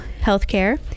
healthcare